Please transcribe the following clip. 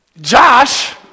Josh